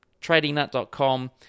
tradingnut.com